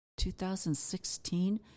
2016